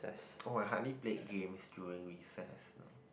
oh my hardly play game during recess lah